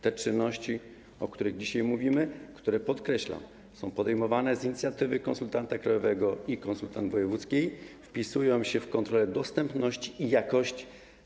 Te czynności, o których dzisiaj mówimy, które, podkreślam, są podejmowane z inicjatywy konsultanta krajowego i konsultant wojewódzkiej, wpisują się w kontrolę dostępności i jakości.